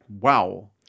wow